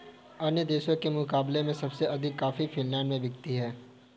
अन्य देशों के मुकाबले में सबसे अधिक कॉफी फिनलैंड में बिकती है